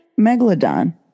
Megalodon